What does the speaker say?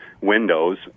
Windows